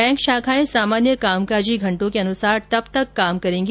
bank शाखाए सामान्य कामकाजी घंटों के अनुसार तब तक काम करेंगी